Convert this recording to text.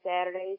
Saturdays